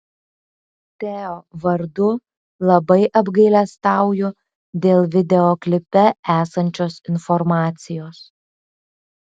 teo vardu labai apgailestauju dėl videoklipe esančios informacijos